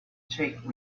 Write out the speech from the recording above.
take